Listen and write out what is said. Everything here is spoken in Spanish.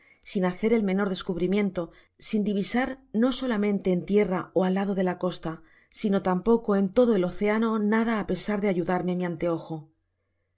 sin hacer el menor descubrimiento sin divisar no solamente en tierra ó al lado de la costa sino tampoco en todo el oceano nada á pesar de ayudarme mi anteojo